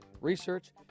research